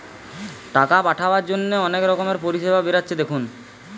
টাকা পাঠাবার জন্যে অনেক রকমের পরিষেবা বেরাচ্ছে দেখুন